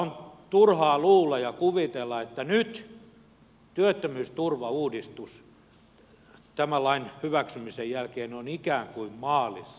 on turhaa luulla ja kuvitella että nyt työttömyysturvauudistus tämän lain hyväksymisen jälkeen on ikään kuin maalissa